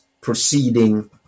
proceeding